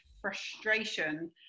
frustration